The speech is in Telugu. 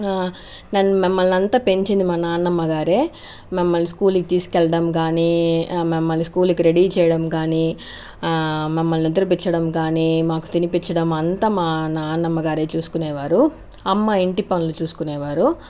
నన్ మమ్మల్ని అంతా పెంచింది మా నాన్నమ్మ గారు మమ్మల్ని స్కూల్కి తీసుకెళ్ళడం కానీ మమ్మల్ని స్కూల్కి రెడీ చేయడం కానీ మమ్మల్ని నిద్రపుచ్చడం కానీ మాకు తినిపించడం అంతా మా నాన్నమ్మ గారు చూసుకొనే వారు అమ్మ ఇంటి పనులు చూసుకునేవారు